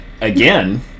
again